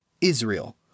Israel